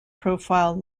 profile